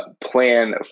plan